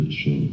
show